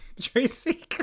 Tracy